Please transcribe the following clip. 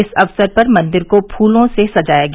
इस अवसर पर मंदिर को फूलों से सजाया गया